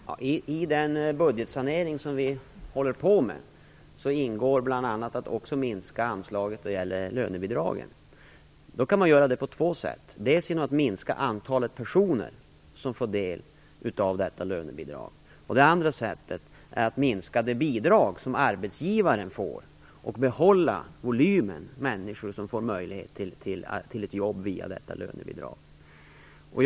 Fru talman! I den budgetsanering som vi håller på med ingår bl.a. att minska anslaget när det gäller lönebidragen. Man kan göra det på två sätt. Dels genom att minska antalet personer som får del av lönebidraget, dels genom att minska det bidrag som arbetsgivaren får och behålla volymen av människor som får möjlighet till ett jobb via lönebidraget.